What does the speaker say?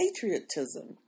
patriotism